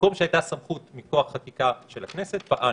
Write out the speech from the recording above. מקום שהייתה בו סמכות מכוח חקיקה של הכנסת פעלנו.